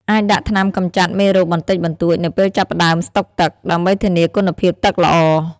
អាចដាក់ថ្នាំកម្ចាត់មេរោគបន្តិចបន្តួចនៅពេលចាប់ផ្តើមស្តុកទឹក ដើម្បីធានាគុណភាពទឹកល្អ។